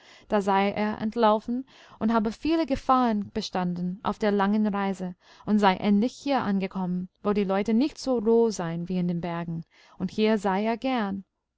da sei er entlaufen und habe viele gefahren bestanden auf der langen reise und sei endlich hier angekommen wo die leute nicht so roh seien wie in den bergen und hier sei er gern